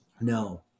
No